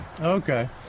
Okay